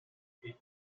pea